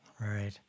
Right